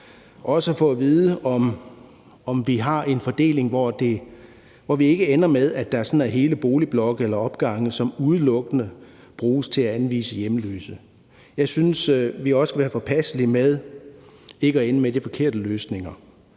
og at få at vide, om vi har en fordeling, hvor vi ikke ender med, at der er hele boligblokke eller opgange, som udelukkende bruges til at anvise hjemløse. Jeg synes også, at vi skal være påpasselige med ikke at ende med de forkerte løsninger.